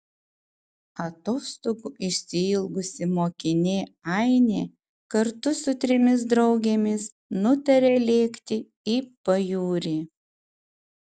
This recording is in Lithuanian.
atostogų išsiilgusi mokinė ainė kartu su trimis draugėmis nutaria lėkti į pajūrį